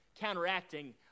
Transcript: counteracting